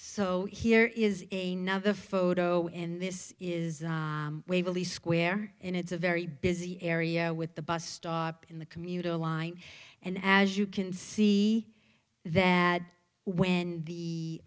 so here is a nother photo and this is waverly square and it's a very busy area with the bus stop in the commuter line and as you can see that when the